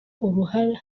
uruhare